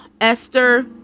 Esther